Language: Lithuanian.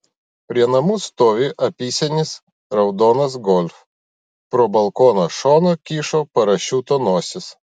prie namų stovi apysenis raudonas golf pro balkono šoną kyšo parašiuto nosis